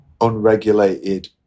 unregulated